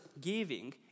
giving